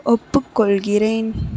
ஒப்புக்கொள்கிறேன்